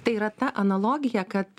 tai yra ta analogija kad